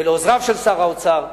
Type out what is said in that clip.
ולעוזריו של שר האוצר,